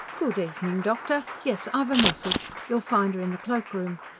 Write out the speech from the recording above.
good evening, doctor. yes, i've a message. you'll find er in the cloakroom.